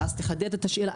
אז תחדד את השאלה,